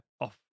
off